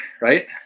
right